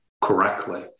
correctly